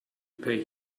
pay